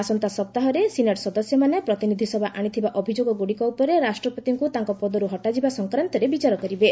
ଆସନ୍ତା ସପ୍ତାହରେ ସିନେଟ୍ ସଦସ୍ୟମାନେ ପ୍ରତିନିଧ୍ୟ ସଭା ଆଶିଥିବା ଅଭିଯୋଗଗୁଡ଼ିକ ଉପରେ ରାଷ୍ଟ୍ରପତିଙ୍କ ତାଙ୍କ ପଦର୍ ହଟାଯିବା ସଂକ୍ରାନ୍ତରେ ବିଚାର କରିବେ